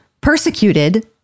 persecuted